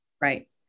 right